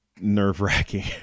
nerve-wracking